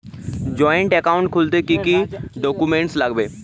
Joint account খুলতে কি কি ডকুমেন্টস লাগবে?